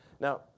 Now